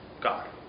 God